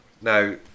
Now